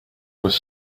was